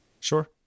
Sure